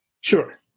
sure